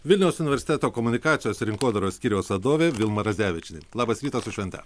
vilniaus universiteto komunikacijos ir rinkodaros skyriaus vadovė vilma radzevičienė labas rytas su švente